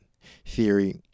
theory